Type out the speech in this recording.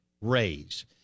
raise